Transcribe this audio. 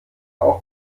auch